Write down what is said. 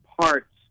parts